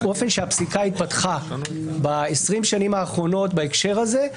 באופן שהפסיקה התפתחה בעשרים השנים האחרונות בהקשר הזה,